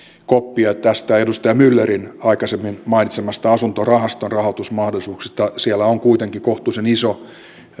koppia näistä edustaja myllerin aikaisemmin mainitsemista asuntorahaston rahoitusmahdollisuuksista siellä on kuitenkin käytettävissä kohtuullisen iso